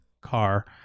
car